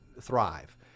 thrive